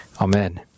Amen